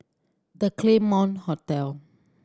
The Claremont Hotel